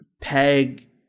Peg